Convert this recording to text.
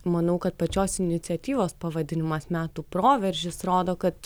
manau kad pačios iniciatyvos pavadinimas metų proveržis rodo kad